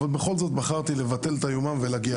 אבל בכל זאת בחרתי לבטל את היומן ולהגיע